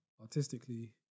artistically